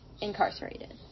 incarcerated